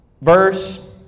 Verse